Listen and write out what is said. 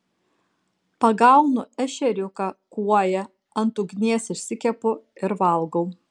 pagaunu ešeriuką kuoją ant ugnies išsikepu ir valgau